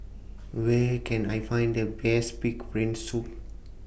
Where Can I Find The Best Pig'S Brain Soup